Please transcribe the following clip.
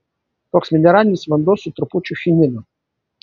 toks mineralinis vanduo su trupučiu chinino